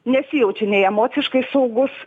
nesijaučiau nei emociškai saugus